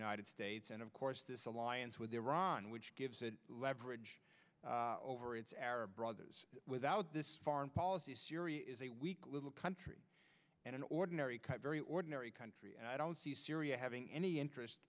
united states and of course this alliance with iran which gives it leverage over its arab brothers without this foreign policy syria is a weak little country an ordinary very ordinary country and i don't see syria having any interest